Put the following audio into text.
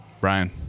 Brian